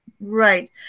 Right